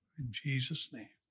in jesus name,